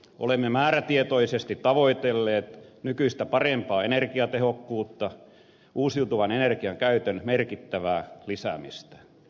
olemme määrätietoisesti tavoitelleet nykyistä parempaa energiatehokkuutta uusiutuvan energian käytön merkittävää lisäämistä